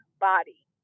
body